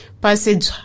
passage